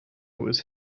was